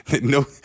No